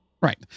Right